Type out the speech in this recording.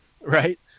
Right